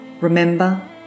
Remember